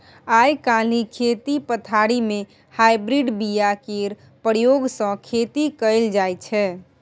आइ काल्हि खेती पथारी मे हाइब्रिड बीया केर प्रयोग सँ खेती कएल जाइत छै